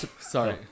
Sorry